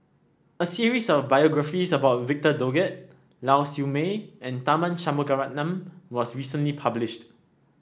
a series of biographies about Victor Doggett Lau Siew Mei and Tharman Shanmugaratnam was recently publish